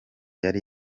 yari